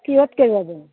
কিহতকে যাব